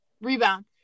rebound